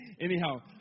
Anyhow